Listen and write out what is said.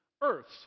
Earths